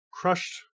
crushed